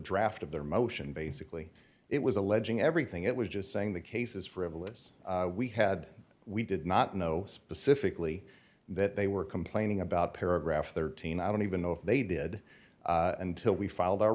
draft of their motion basically it was alleging everything it was just saying the case is frivolous we had we did not know specifically that they were complaining about paragraph thirteen i don't even know if they did until we file